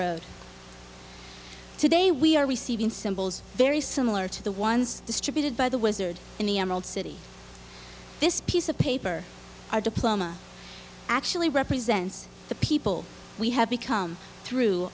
road today we are receiving symbols very similar to the ones distributed by the wizard in the emerald city this piece of paper a diploma actually represents the people we have become through